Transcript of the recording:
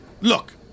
Look